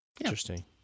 Interesting